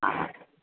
हा